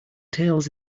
tales